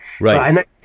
Right